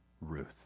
Ruth